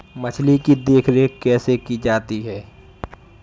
मछली की देखरेख कैसे की जाती है?